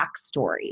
backstory